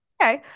okay